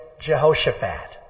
Jehoshaphat